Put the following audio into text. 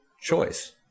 choice